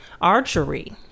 archery